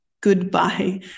goodbye